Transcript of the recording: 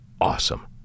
awesome